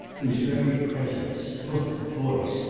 whose very presence, look, voice,